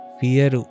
fear